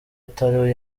atari